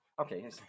okay